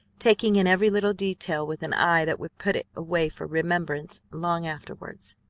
taking in every little detail with an eye that would put it away for remembrance long afterwards.